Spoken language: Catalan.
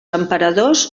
emperadors